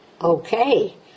Okay